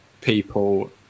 people